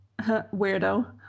weirdo